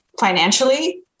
Financially